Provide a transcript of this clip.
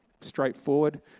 straightforward